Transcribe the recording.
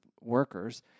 workers